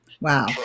Wow